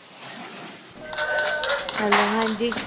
hello हंजी